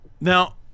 Now